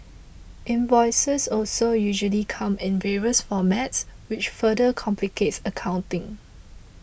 invoices also usually come in various formats which further complicates accounting